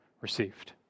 received